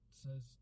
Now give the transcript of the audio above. says